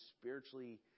spiritually